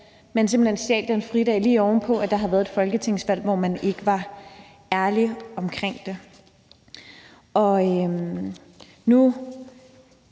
man simpelt hen stjæler en fridag, lige oven på at der har været et folketingsvalg, hvor man ikke var ærlig omkring det. Og nu